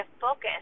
focus